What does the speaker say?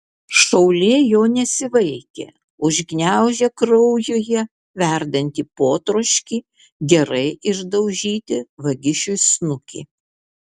šaulė jo nesivaikė užgniaužė kraujyje verdantį potroškį gerai išdaužyti vagišiui snukį